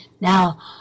Now